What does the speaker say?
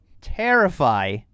terrify